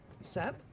Seb